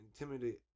intimidate